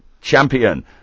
champion